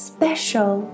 Special